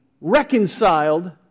reconciled